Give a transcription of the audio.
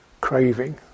craving